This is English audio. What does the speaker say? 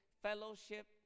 fellowship